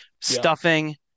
stuffing